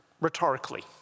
rhetorically